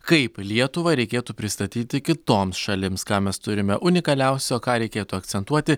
kaip lietuvą reikėtų pristatyti kitoms šalims ką mes turime unikaliausio ką reikėtų akcentuoti